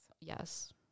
Yes